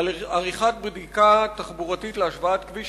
על עריכת בדיקה תחבורתית להשוואת כביש